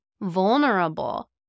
vulnerable